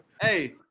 Hey